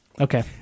Okay